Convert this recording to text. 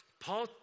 Paul